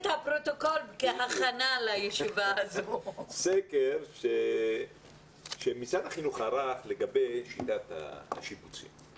ב-2014, סקר שמשרד החינוך ערך לגבי שיטת השיבוצים.